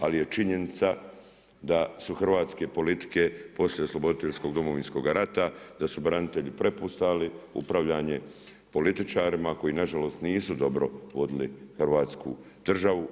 Ali je činjenica da su hrvatske politike poslije osloboditeljskog Domovinskog rata, da su branitelji prepuštali upravljanje političarima koji na žalost nisu dobo vodili hrvatsku državu.